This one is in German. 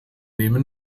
nehme